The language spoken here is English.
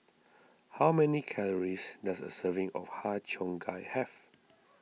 how many calories does a serving of Har Cheong Gai have